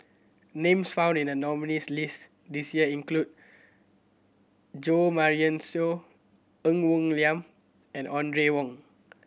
names found in the nominees' list this year include Jo Marion Seow Ng Woon Lam and Audrey Wong